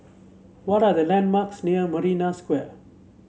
what are the landmarks near Marina Square